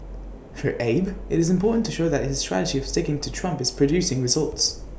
for Abe IT is important to show that his strategy of sticking to Trump is producing results